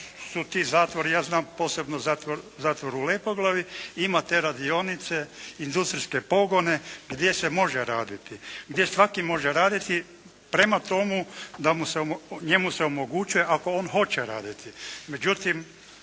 su ti zatvori, ja znam posebno zatvor u Lepoglavi, ima te radionice, industrijske pogone gdje se može raditi, gdje se svatko može raditi. Prema tome, njemu se omogućuje ako on hoće raditi. Međutim,